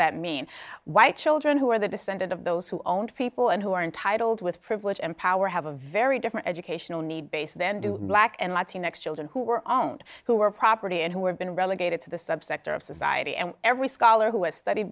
that mean white children who are the descendant of those who own people and who are entitled with privilege and power have a very different educational needs base than do black and latino x children who are owned who are property and who have been relegated to the sub sector of society and every scholar who has studied